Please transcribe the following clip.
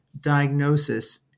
diagnosis